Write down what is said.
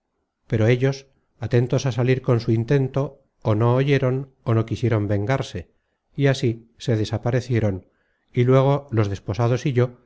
pero ellos atentos á salir con su intento ó no oyeron ó no quisieron vengarse y así se desaparecieron y luego los desposados y yo